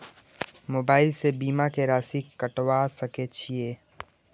Mobile से बीमा के राशि कटवा सके छिऐ?